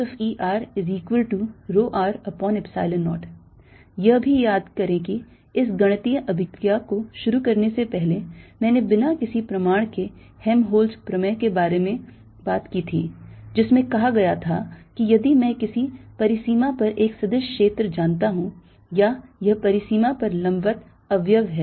Erρ0 यह भी याद करें कि इस गणितीय अभिक्रिया को शुरू करने से पहले मैंने बिना किसी प्रमाण के हेल्महोल्त्ज़ Helmoltz's प्रमेय के बारे में बात की थी जिसमें कहा गया था कि यदि मैं किसी परिसीमा पर एक सदिश क्षेत्र जानता हूं या यह परिसीमा पर लंबवत अवयव है